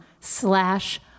slash